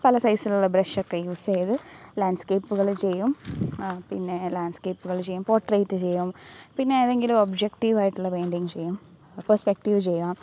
പല സൈസിലുള്ള ബ്രഷൊക്കെ യൂസെയ്ത് ലാൻഡ്സ്കേപ്പുകള് ചെയ്യും പിന്നെ ലാൻഡ്സ്കേപ്പുകള് ചെയ്യും പോട്രേറ്റ് ചെയ്യും പിന്നെ ഏതെങ്കിലും ഒബ്ജെക്റ്റീവായിട്ടുള്ള പെയിന്റിംഗ് ചെയ്യും പെർസ്പെക്റ്റീവ് ചെയ്യാം